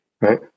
Right